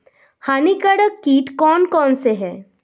हानिकारक कीट कौन कौन से हैं?